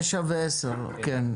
כן.